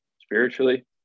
spiritually